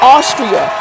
Austria